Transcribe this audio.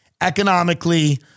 economically